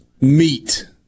Meat